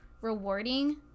rewarding